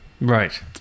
Right